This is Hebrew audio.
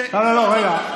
הוא עצר את השעון.